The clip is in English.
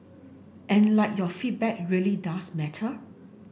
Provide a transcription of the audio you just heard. and like your feedback really does matter